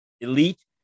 elite